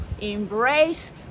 embrace